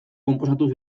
konposatu